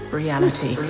reality